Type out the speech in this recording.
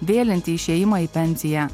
vėlinti išėjimą į pensiją